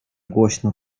głośno